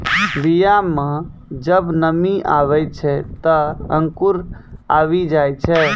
बीया म जब नमी आवै छै, त अंकुर आवि जाय छै